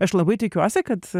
aš labai tikiuosi kad